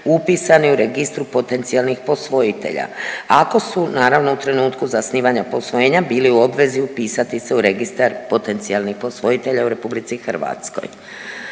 upisani u registru potencijalnih posvojitelja, ako su naravno u trenutku zasnivanja posvojenja bili u obvezi upisati se u registar potencijalnih posvojitelja u RH. Zakonom